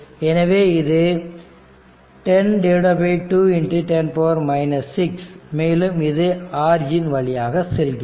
எனவே இது 10210 6 மேலும் இது ஆரிஜின் வழியாக செல்கிறது